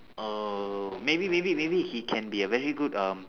err maybe maybe maybe he can be a very good um